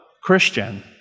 Christian